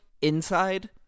Inside